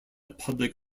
public